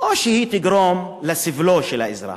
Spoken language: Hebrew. או שהיא תגרום לסבלו של האזרח.